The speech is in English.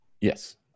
yes